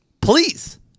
Please